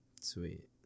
Sweet